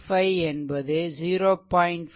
5 என்பது 0